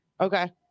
Okay